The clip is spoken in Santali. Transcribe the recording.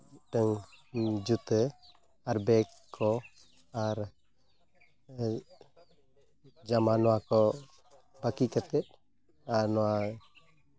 ᱢᱤᱫᱴᱟᱱ ᱡᱩᱛᱟᱹ ᱟᱨ ᱵᱮᱜᱽ ᱠᱚ ᱟᱨ ᱡᱟᱢᱟ ᱱᱚᱣᱟ ᱠᱚ ᱵᱟᱹᱠᱤ ᱠᱟᱛᱮᱫ ᱟᱨ ᱱᱚᱣᱟ